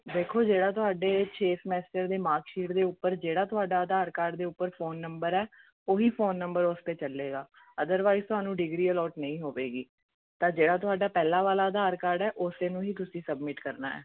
ਦੇਖੋ ਜਿਹੜਾ ਤੁਹਾਡੇ ਛੇ ਸਮੈਸਟਰ ਦੇ ਮਾਰਕਸ਼ੀਟ ਦੇ ਉੱਪਰ ਜਿਹੜਾ ਤੁਹਾਡਾ ਆਧਾਰ ਕਾਰਡ ਦੇ ਉੱਪਰ ਫ਼ੋਨ ਨੰਬਰ ਹੈ ਉਹੀ ਫ਼ੋਨ ਨੰਬਰ ਉਸ 'ਤੇ ਚੱਲੇਗਾ ਅਦਰਵਾਈਜ ਤੁਹਾਨੂੰ ਡਿਗਰੀ ਅਲੋਟ ਨਹੀਂ ਹੋਵੇਗੀ ਤਾਂ ਜਿਹੜਾ ਤੁਹਾਡਾ ਪਹਿਲਾਂ ਵਾਲਾ ਆਧਾਰ ਕਾਰਡ ਹੈ ਉਸ ਨੂੰ ਹੀ ਤੁਸੀਂ ਸਬਮਿਟ ਕਰਨਾ ਹੈ